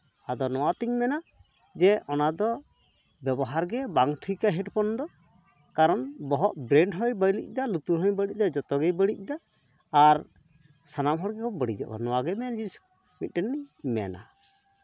ᱟᱫᱚ ᱱᱚᱣᱟᱛᱤᱧ ᱢᱮᱱᱟ ᱡᱮ ᱚᱱᱟᱫᱚ ᱵᱮᱵᱚᱦᱟᱨ ᱜᱮ ᱵᱟᱝ ᱴᱷᱤᱠᱟ ᱦᱮᱰᱯᱷᱳᱱ ᱫᱚ ᱠᱟᱨᱚᱱ ᱵᱚᱦᱚᱜ ᱵᱨᱮᱱ ᱦᱚᱸᱭ ᱵᱟᱹᱲᱤᱡᱫᱟ ᱞᱩᱛᱩᱨ ᱦᱚᱸᱭ ᱵᱟᱹᱲᱤᱡᱫᱟ ᱡᱚᱛᱚ ᱜᱮᱭ ᱵᱟᱹᱲᱤᱡᱫᱟ ᱟᱨ ᱥᱟᱱᱟᱢ ᱦᱚᱲ ᱜᱮᱠᱚ ᱵᱟᱹᱲᱤᱡᱚᱜ ᱠᱟᱱᱟ ᱱᱚᱣᱟᱜᱮ ᱢᱮᱱ ᱡᱤᱱᱤᱥ ᱢᱤᱫᱴᱮᱱ ᱢᱮᱱᱟ